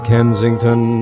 Kensington